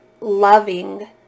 loving